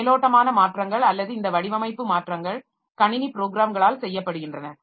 இந்த மேலோட்டமான மாற்றங்கள் அல்லது இந்த வடிவமைப்பு மாற்றங்கள் கணினி ப்ரோக்ராம்களால் செய்யப்படுகின்றன